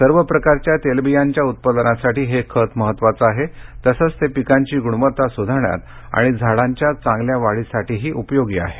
सर्व प्रकारच्या तेलबियांच्या उत्पादनासाठी हे खत महत्त्वाचं आहे तसंच ते पिकांची गृणवत्ता सुधारण्यात आणि झाडांच्या चांगल्या वाढीसाठीही उपयोगी आहे